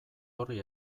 horri